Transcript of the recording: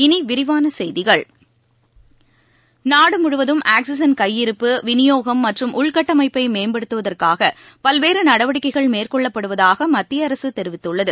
இனி விரிவான செய்திகள் நாடு முழுவதும் ஆக்சிஜன் கையிருப்பு விநியோகம் மற்றம் உள்கட்டமைப்பை மேம்படுத்துவதற்காக பல்வேறு நடவடிக்கைகள் மேற்கொள்ளப்படுவதாக மத்திய அரசு தெரிவித்துள்ளது